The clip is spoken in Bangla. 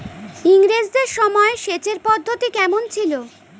ইঙরেজদের সময় সেচের পদ্ধতি কমন ছিল?